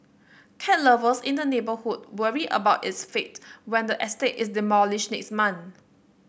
cat lovers in the neighbourhood worry about its fate when the estate is demolished next month